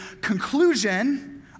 conclusion